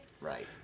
Right